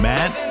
Matt